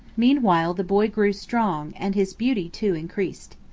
meanwhile the boy grew strong, and his beauty, too, increased.